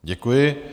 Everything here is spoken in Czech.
Děkuji.